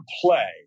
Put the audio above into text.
play